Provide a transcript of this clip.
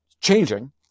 changing